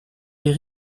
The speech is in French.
les